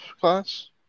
class